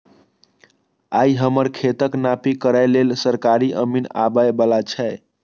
आइ हमर खेतक नापी करै लेल सरकारी अमीन आबै बला छै